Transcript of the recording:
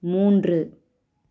மூன்று